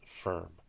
firm